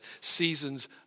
seasons